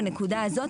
בנקודה הזאת,